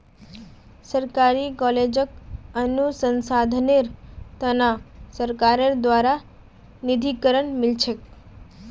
सरकारी कॉलेजक अनुसंधानेर त न सरकारेर द्बारे निधीकरण मिल छेक